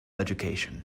education